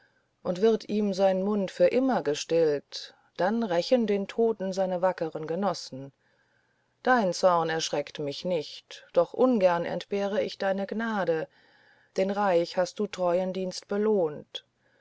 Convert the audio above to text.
und wird ihm sein mund für immer gestillt dann rächen den toten seine wackeren genossen dein zorn erschreckt mich nicht doch ungern entbehre ich deine gnade denn reich hast du treuen dienst belohnt